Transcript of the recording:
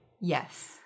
Yes